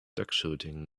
duckshooting